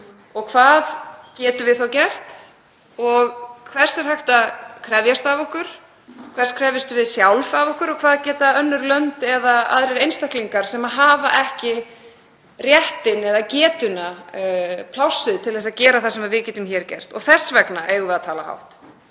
Hvað getum við gert og hvers er hægt að krefjast af okkur? Hvers krefjumst við sjálf af okkur? Hvað geta önnur lönd gert eða aðrir einstaklingar sem ekki hafa réttinn eða getuna eða plássið til að gera það sem við getum gert? Þess vegna eigum við að tala hátt.